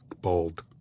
bold